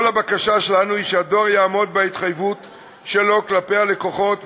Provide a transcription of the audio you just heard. כל הבקשה שלנו היא שהדואר יעמוד בהתחייבות שלו כלפי הלקוחות,